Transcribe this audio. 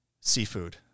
Seafood